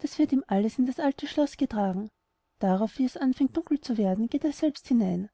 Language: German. das wird ihm alles in das alte schloß getragen darauf wie es anfängt dunkel zu werden geht er selbst hinein